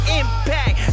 impact